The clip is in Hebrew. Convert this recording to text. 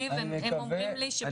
הם אומרים לי שבשום פנים ואופן לא.